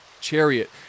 chariot